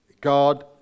God